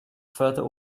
further